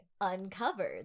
uncovered